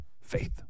Faith